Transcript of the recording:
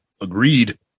agreed